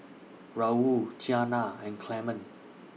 Raul Tianna and Clement